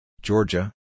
Georgia